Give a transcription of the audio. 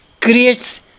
Creates